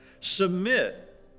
Submit